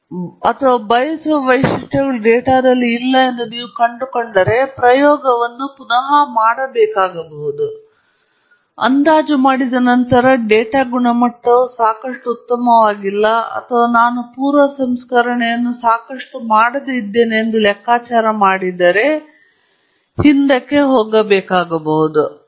ಹಾಗಾಗಿ ಡೇಟಾ ಗುಣಮಟ್ಟವು ಕಳಪೆಯಾಗಿದೆ ಎಂದು ನಾನು ಕಂಡುಕೊಂಡರೆ ನನ್ನ ಪ್ರಯೋಗಕ್ಕೆ ಅಥವಾ ಉತ್ತಮ ಡೇಟಾವನ್ನು ನೀಡಲು ನನಗೆ ಡೇಟಾವನ್ನು ನೀಡಿದ ವ್ಯಕ್ತಿಗೆ ನಾನು ಹಿಂತಿರುಗಬೇಕಾಗಬಹುದು ಅಥವಾ ನಾನು ಬಯಸುವ ವೈಶಿಷ್ಟ್ಯಗಳು ಡೇಟಾದಲ್ಲಿ ಇಲ್ಲ ಎಂದು ನಾನು ಕಂಡುಕೊಳ್ಳಬಹುದು ನಾನು ಪ್ರಯೋಗವನ್ನು ಪುನಃ ಮಾಡಬೇಕಾಗಬಹುದು ಅಥವಾ ಅಂದಾಜು ಮಾಡಿದ ನಂತರ ಡೇಟಾ ಗುಣಮಟ್ಟವು ಸಾಕಷ್ಟು ಉತ್ತಮವಾಗಿಲ್ಲ ಅಥವಾ ನಾನು ಪೂರ್ವ ಸಂಸ್ಕರಣೆಯನ್ನು ಸಾಕಷ್ಟು ಮಾಡದೆ ಇದ್ದೇನೆ ಎಂದು ನಾನು ಲೆಕ್ಕಾಚಾರ ಮಾಡಿದ್ದೇನೆ ನಾನು ಹಿಂದಕ್ಕೆ ಹೋಗಬೇಕಾಗಬಹುದು